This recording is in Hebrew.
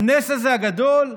את הנס הזה, הגדול.